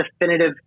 definitive